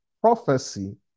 prophecy